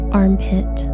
armpit